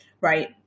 right